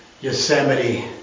Yosemite